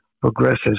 progresses